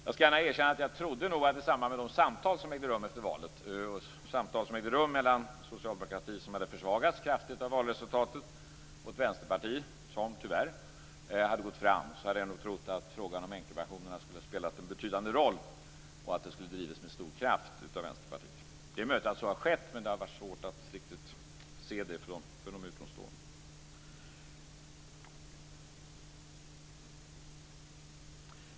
Jag skall gärna erkänna att jag trodde att frågan om änkepensionerna skulle spela en betydande roll i de samtal som ägde rum efter valet mellan en socialdemokrati som hade försvagats kraftigt av valresultatet och ett vänsterparti som tyvärr hade gått fram. Jag trodde att den frågan skulle drivas med stor kraft av Vänsterpartiet. Det är möjligt att så har skett, men det har varit svårt att se för någon utomstående.